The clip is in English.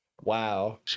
wow